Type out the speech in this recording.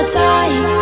time